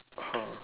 !huh!